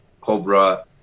Cobra